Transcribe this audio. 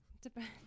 Depends